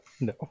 no